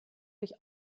durch